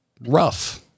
rough